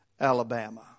Alabama